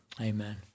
Amen